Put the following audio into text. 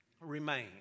remain